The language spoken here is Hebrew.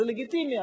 זה לגיטימי,